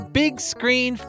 big-screen